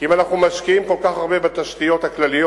כי אם אנחנו משקיעים כל כך הרבה בתשתיות הכלליות,